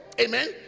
Amen